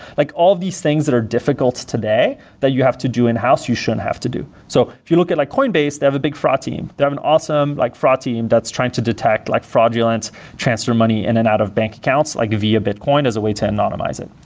like all these things that are difficult today that you have to do in-house you shouldn't have to do. so if you look at like coinbase, they have a big fraud team. they have an awesome fraud team that's trying to detect like fraudulent transfer money in and out of bank accounts like via bitcoin as a way to anonymize it.